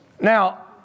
Now